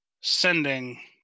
sending